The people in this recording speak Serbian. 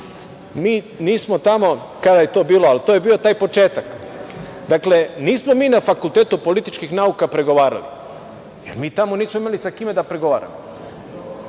mi nismo tamo, a kada je to bio, to je bio taj početak. Dakle, nismo mi na Fakultetu političkih nauka pregovarali, mi tamo nismo imali sa kim da pregovaramo.